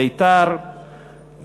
בית"ר,